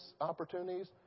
opportunities